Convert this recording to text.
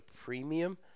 premium